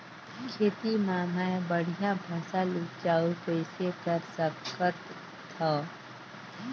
खेती म मै बढ़िया फसल उपजाऊ कइसे कर सकत थव?